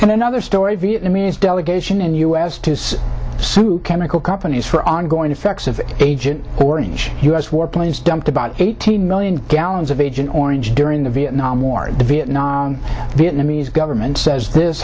and another story vietnamese delegation in the u s to sue chemical companies for ongoing effects of agent orange u s warplanes dumped about eighteen million gallons of agent orange during the vietnam war the vietnam vietnamese government says this